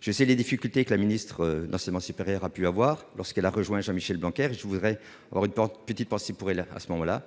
je sais les difficultés que la ministre de l'enseignement supérieur a pu avoir, lorsqu'elle a rejoint Jean-Michel bancaire je voudrais une porte, petite partie pourrait là à ce moment-là,